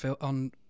On